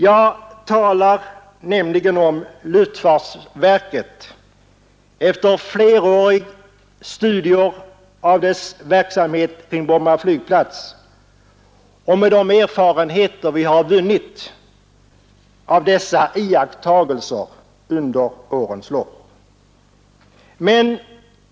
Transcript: Jag talar nämligen om luftfartsverket efter fleråriga studier av dess verksamhet rörande Bromma flygplats och med de erfarenheter vi har vunnit av dessa iakttagelser under årens lopp.